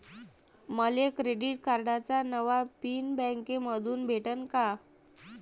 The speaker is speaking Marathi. मले क्रेडिट कार्डाचा नवा पिन बँकेमंधून भेटन का?